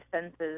senses